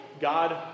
God